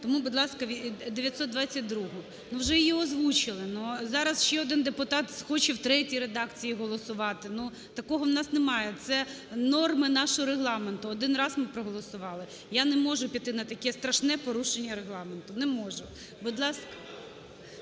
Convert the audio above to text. (Шум у залі) 922-у. Ну, все її озвучили. Зараз ще один депутат схоче в третій редакції голосувати. Ну! Такого в нас немає, це – норми нашого Регламенту, один раз ми проголосували. Я не можу піти на таке страшне порушення Регламенту. Не можу. (Шум у